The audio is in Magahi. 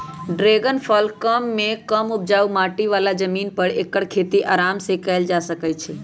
ड्रैगन फल कम मेघ कम उपजाऊ माटी बला जमीन पर ऐकर खेती अराम सेकएल जा सकै छइ